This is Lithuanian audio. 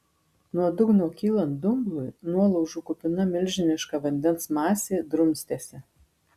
nuo dugno kylant dumblui nuolaužų kupina milžiniška vandens masė drumstėsi